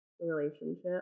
relationship